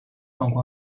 状况